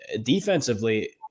Defensively